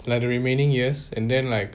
like the remaining years and then like